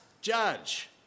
judge